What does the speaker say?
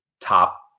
top